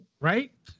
right